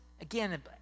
again